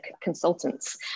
consultants